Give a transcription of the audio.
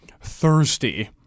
thirsty